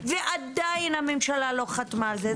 ועדיין הממשלה לא חתמה על זה.